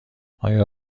آیا